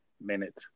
minute